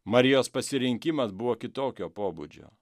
marijos pasirinkimas buvo kitokio pobūdžio